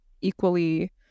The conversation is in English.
equally